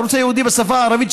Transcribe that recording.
הערוץ הייעודי בשפה הערבית,